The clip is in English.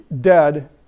Dead